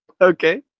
Okay